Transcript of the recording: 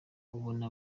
ubona